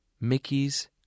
Mickey's